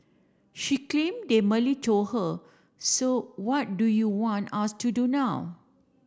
she claim they merely told her so what do you want us to do now